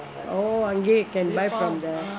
oh அங்கேயே:anggayae can buy from there